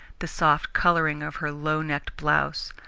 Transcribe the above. the soft colouring of her low-necked blouse,